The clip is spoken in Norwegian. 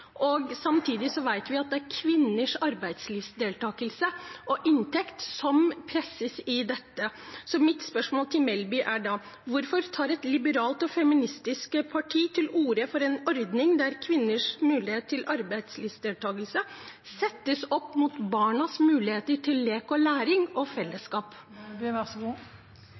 Samtidig vet vi at det er kvinners arbeidslivsdeltakelse og inntekt som presses i dette. Mitt spørsmål til Melby er da: Hvorfor tar et liberalt og feministisk parti til orde for en ordning der kvinners mulighet til arbeidslivsdeltakelse settes opp mot barnas muligheter til lek og læring og fellesskap?